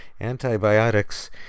antibiotics